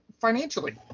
financially